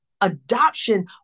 adoption